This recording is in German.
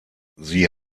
sie